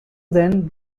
then